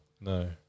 no